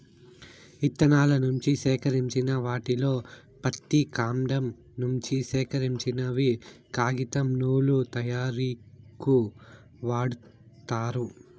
ఇత్తనాల నుంచి సేకరించిన వాటిలో పత్తి, కాండం నుంచి సేకరించినవి కాగితం, నూలు తయారీకు వాడతారు